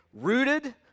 Rooted